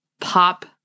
pop-